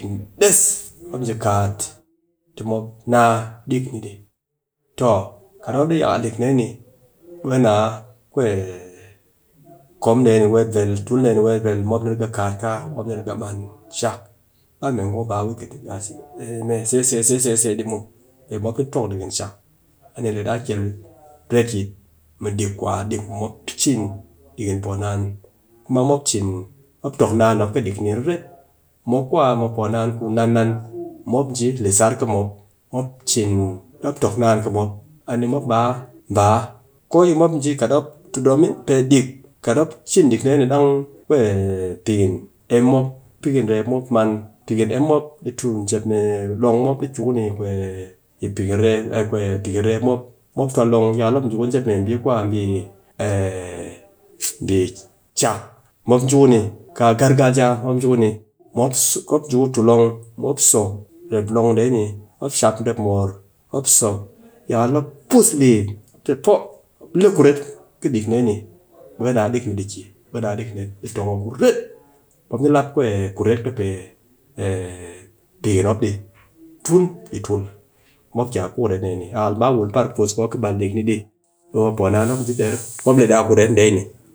Gurum des mop ji kaat ti mop naa ɗik ɗi. Toh kat mop ɗi yakal di dee ni, ɓe ka naa kom dee ni weet ver, tul ɗee ni weet ver, mopni riga kat kaat mop poo kushak, ba mee ngu ki wit se se se ɗi muw pe pe mop ni tong dikin shak. A ni le daa kel retyit pe ɗik kwa ku mop ni cin ɗikin poo naan, kuma mop cin, mop tok naan kɨ ɗik ni riret, mop ku a mɨ poo naan ku nan nan mop nji la sar kɨ mop, mop cin, mop tok naan kɨ mop, a ni mop ba baa, ko yi mop ji kat mop, domin pe ɗik, kat mop cin ɗik dee ni dang pikin reep ku pikin em man, pikin em mop ɗi tu jep mee long mop ki ku ni yi mbi ku a pikin reep mop, mop tuwa long, yakal mop ji ku a jep mee mbi ku a bii chak, mop ji ku ni, kaa gargajiya mop ji ku ni mop, mop ku ki ku tu long, mop so jep long dee ni mop shap jep mor, mop so, yakal mop pus lii, mop te pok, mop le kuret kɨ ɗik dee, ɓe kɨ naa ɗik ni di ki, ɓe ka naa ɗik ni di tong a kuret. Mop ni lap kuret kɨ pee pikin mop ɗi tun yi tul. Mop ki a kuret dee ni. yakal ba wul par puus ku mop ɓal ɗik ni ɗi a kuret dee ni di